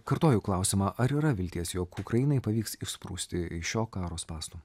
kartoju klausimą ar yra vilties jog ukrainai pavyks išsprūsti iš šio karo spąstų